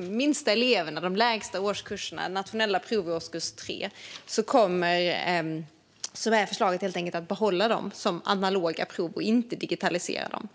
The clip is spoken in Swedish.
de yngsta eleverna i de lägsta årskurserna och nationella prov i årskurs 3 är förslaget att behålla dem som analoga prov och inte digitalisera dem.